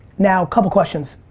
now, couple of questions,